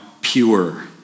pure